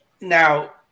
Now